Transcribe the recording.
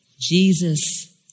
Jesus